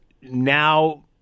now